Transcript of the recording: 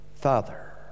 Father